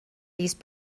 these